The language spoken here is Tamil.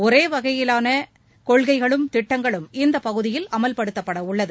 ஒரே வகையிலான கொள்கைகளும் திட்டங்களும் இப்பகுதியில் அமல்படுத்தப்படவுள்ளது